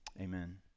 Amen